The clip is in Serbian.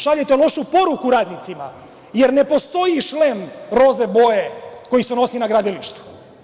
Šaljete lošu poruku radnicima, jer ne postoji šlem roze boje koji se nosi na gradilištu.